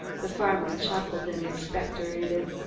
the farmer chuckled and expectorated.